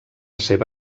seva